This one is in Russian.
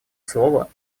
слова